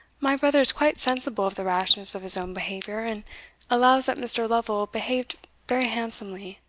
my brother is quite sensible of the rashness of his own behaviour, and allows that mr. lovel behaved very handsomely.